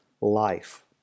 life